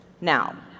Now